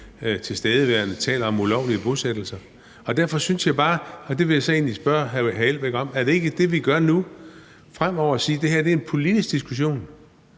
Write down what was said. tilstedeværende taler om ulovlige bosættelser. Og derfor synes jeg bare, og det vil jeg egentlig vil spørge hr. Uffe Elbæk om: Er det ikke det, vi gør nu, altså fremover siger, at det her er en politisk diskussion?